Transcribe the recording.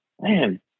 Man